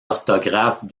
orthographes